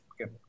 okay